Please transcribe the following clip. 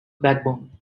backbone